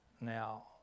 Now